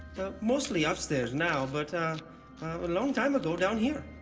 mostly upstairs now, but a long time ago down here.